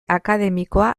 akademikoa